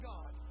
God